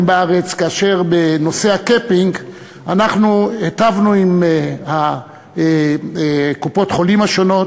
בארץ כאשר בנושא ה-capping היטבנו עם קופות-החולים השונות,